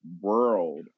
world